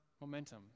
momentum